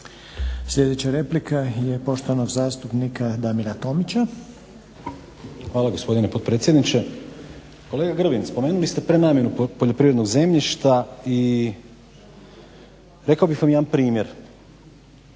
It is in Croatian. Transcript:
Sljedeća replika je poštovanog zastupnika Damira Tomića. **Tomić, Damir (SDP)** Hvala, gospodine potpredsjedniče. Kolega Grbin, spomenuli ste prenamjenu poljoprivrednog zemljišta i rekao bih vam jedan primjer.